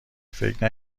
فکر